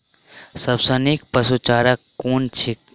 सबसँ नीक पशुचारा कुन छैक?